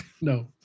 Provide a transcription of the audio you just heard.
No